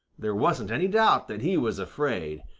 there wasn't any doubt that he was afraid,